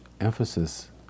emphasis